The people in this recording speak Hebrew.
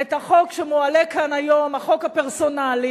את החוק שמועלה כאן היום, החוק הפרסונלי,